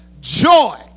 joy